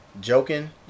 joking